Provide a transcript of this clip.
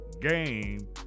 game